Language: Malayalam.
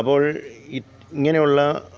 അപ്പോള് ഇങ്ങനെയുള്ള